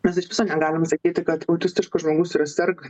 mes iš viso negalim sakyti kad autistiškas žmogus yra serga